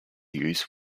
use